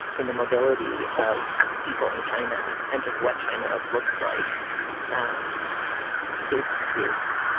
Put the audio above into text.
in the mobility of people in china and just what china looks like um is is